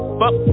fuck